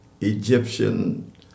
Egyptian